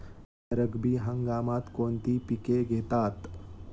रब्बी हंगामात कोणती पिके घेतात?